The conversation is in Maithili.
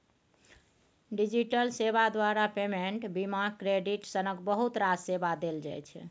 डिजिटल सेबा द्वारा पेमेंट, बीमा, क्रेडिट सनक बहुत रास सेबा देल जाइ छै